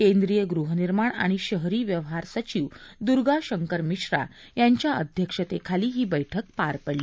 केंद्रीय गृहनिर्माण आणि शहरी व्यवहार सचिव दुर्गा शंकर मिश्रा यांच्या अध्यक्षतेखाली ही बैठक पार पडली